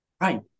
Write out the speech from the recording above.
Right